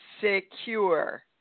secure